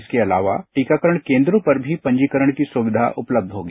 इसके अलावा टीकाकरण कोन्द्रों पर भी पंजीकरण की सुविधा उपलब्य होगी